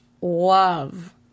love